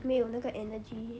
没有那个 energy